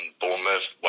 Bournemouth